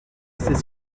ces